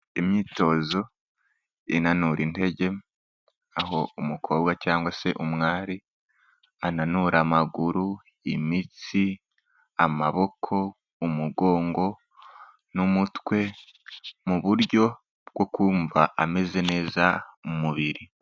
Imyitozo inanura intege, aho umukobwa cyangwa se umwari ananura amaguru, imitsi, amaboko, umugongo n'umutwe, mu buryo bwo kumva ameze neza mu mubiri.